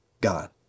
God